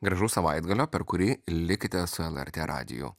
gražaus savaitgalio per kurį likite su lrt radiju